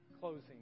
closing